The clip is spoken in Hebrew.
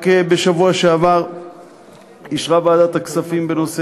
רק בשבוע שעבר אישרה ועדת הכספים את ההמלצה בנושא